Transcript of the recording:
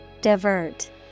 Divert